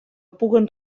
puguen